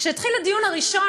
כשהתחיל הדיון הראשון,